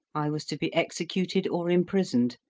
i was to be executed or imprisoned,